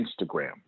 Instagram